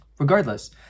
Regardless